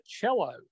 cello